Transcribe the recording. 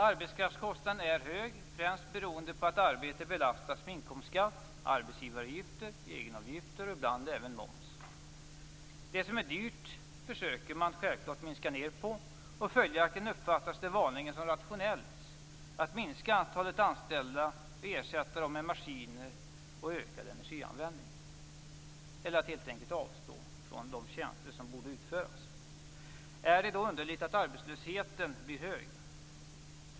Arbetskraftskostnaden är hög, främst beroende på att arbete belastas med inkomstskatt, arbetsgivaravgifter, egenavgifter och ibland även med moms. Det som är dyrt försöker man självfallet att minska ned på. Följaktligen uppfattas det vanligen som rationellt att minska antalet anställda och ersätta dem med maskiner och ökad energianvändning eller att helt enkelt avstå från de tjänster som borde utföras. Är det då underligt att arbetslösheten blir hög?